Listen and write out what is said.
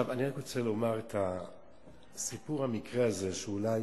אני רק רוצה לומר שסיפור המקרה הזה, שאולי